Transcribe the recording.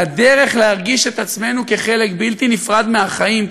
והדרך להרגיש את עצמנו כחלק בלתי נפרד מהחיים,